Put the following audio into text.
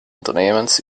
unternehmens